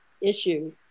issue